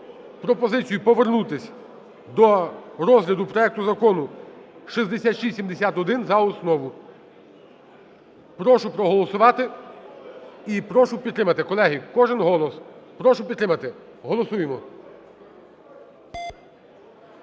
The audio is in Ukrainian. пропозицію повернутись до розгляду проекту Закону 6671 за основу. Прошу проголосувати і прошу підтримати, колеги, кожен голос. Прошу підтримати, голосуємо.